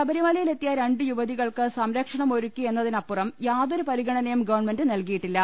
ശബരിമലയിലെത്തിയ രണ്ട് യുവതികൾക്ക് സംരക്ഷണം ഒരുക്കി എന്ന തിനപ്പുറം യാതൊരു പരിഗണനയും ഗവൺമെന്റ് നൽകിയില്ല